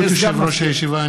ברשות יושב-ראש הישיבה,